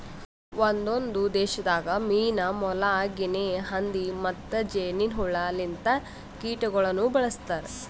ಒಂದೊಂದು ದೇಶದಾಗ್ ಮೀನಾ, ಮೊಲ, ಗಿನೆ ಹಂದಿ ಮತ್ತ್ ಜೇನಿನ್ ಹುಳ ಲಿಂತ ಕೀಟಗೊಳನು ಬಳ್ಸತಾರ್